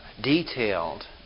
detailed